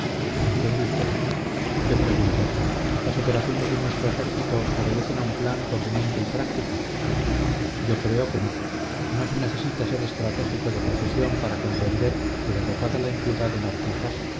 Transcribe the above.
me entiende usted yo pregunto las operaciones de nuestro ejército obedecen a un plan conveniente y práctico yo creo que no no se necesita ser estratégico de profesión para comprender que derrotada la impiedad en arquijas